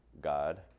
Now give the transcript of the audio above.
God